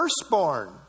firstborn